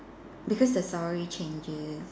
because the story changes